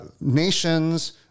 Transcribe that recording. nations